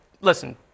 listen